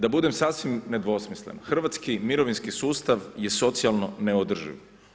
Da budem sasvim nedvosmislen, hrvatski mirovinski sustav je socijalno neodrživ.